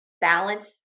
balance